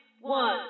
One